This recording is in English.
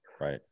Right